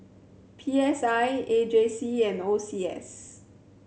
P S I A J C and O C S